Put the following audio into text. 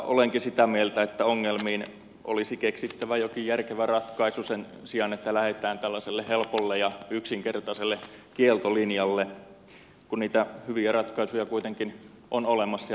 olenkin sitä mieltä että ongelmiin olisi keksittävä jokin järkevä ratkaisu sen sijaan että lähdetään tällaiselle helpolle ja yksinkertaiselle kieltolinjalle kun niitä hyviä ratkaisuja on kuitenkin olemassa ja niitä löytyy